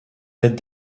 tête